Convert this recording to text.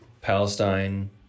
Palestine